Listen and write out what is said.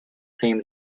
same